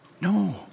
no